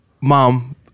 mom